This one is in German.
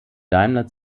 daimler